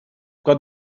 got